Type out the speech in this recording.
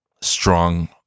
strong